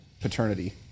paternity